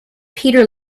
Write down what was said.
peter